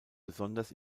besonders